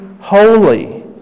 holy